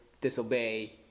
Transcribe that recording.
disobey